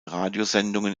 radiosendungen